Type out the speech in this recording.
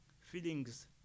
feelings